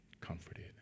comforted